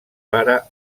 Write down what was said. para